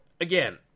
again